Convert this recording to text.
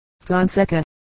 Fonseca